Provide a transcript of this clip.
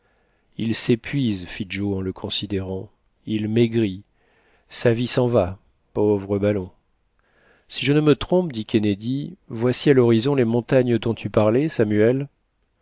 il s'épuise fit joe en le considérant il maigrit sa vie s'en va pauvre ballon si je ne me trompe dit kennedy voici à l'horizon les montagnes dont tu parlais samuel